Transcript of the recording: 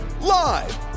live